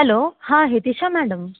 hello હા હિતિસા madam